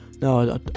no